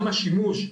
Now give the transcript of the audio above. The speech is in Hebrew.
גם השימוש,